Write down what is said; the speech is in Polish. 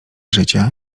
życia